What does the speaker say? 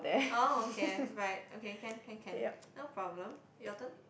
oh okay right okay can can can no problem your turn